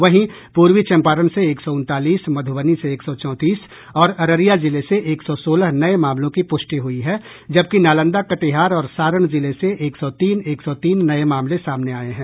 वहीं पूर्वी चंपारण से एक सौ उनतालीस मधुबनी से एक सौ चौतीस और अररिया जिले से एक सौ सोलह नये मामलों की पुष्टि हुई है जबकि नालंदा कटिहार और सारण जिले से एक सौ तीन एक सौ तीन नये मामले सामने आये हैं